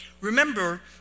Remember